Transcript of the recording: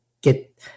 get